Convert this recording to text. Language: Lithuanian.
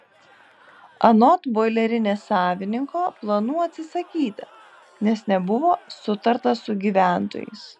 anot boilerinės savininko planų atsisakyta nes nebuvo sutarta su gyventojais